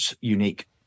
unique